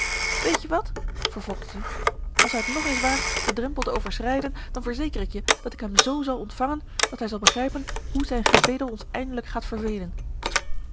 weet je wat vervolgde zij als hij het nog eens waagt den drempel te overschrijden dan verzeker ik je dat ik hem z zal ontvangen dat hij zal begrijpen hoe zijn gebedel ons eindelijk gaat vervelen